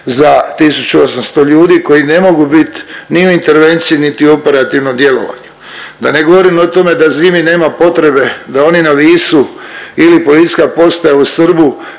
za 1800 ljudi koji ne mogu bit ni u intervenciji niti u operativnom djelovanju, da ne govorim o tome da zimi nema potrebe da oni na Visu ili PP u Srbu